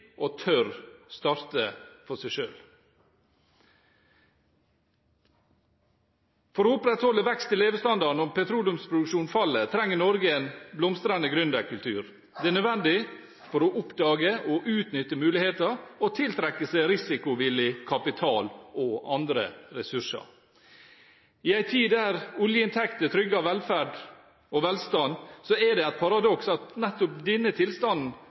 og tør starte for seg selv. For å opprettholde vekst i levestandarden når petroleumsproduksjonen faller, trenger Norge en blomstrende gründerkultur. Det er nødvendig for å oppdage og utnytte muligheter og tiltrekke seg risikovillig kapital og andre ressurser. I en tid der oljeinntekter trygger velferd og velstand, er det et paradoks at nettopp denne tilstanden